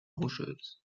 rocheuse